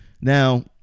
Now